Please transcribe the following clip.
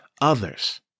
others